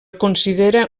considera